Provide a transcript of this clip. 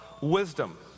wisdom